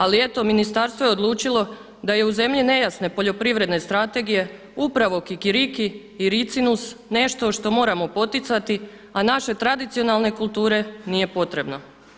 Ali eto ministarstvo je odlučilo da je zemlji nejasne poljoprivredne strategije upravo kikiriki i ricinus nešto što moramo poticati, a naše tradicionalne kulture nije potrebno.